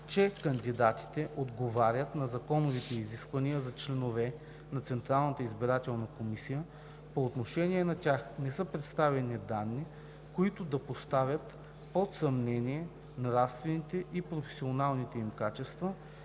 че кандидатите отговарят на законовите изисквания за членове на Централната избирателна комисия, по отношение на тях не са представени данни, които да поставят под съмнение нравствените и професионалните им качества,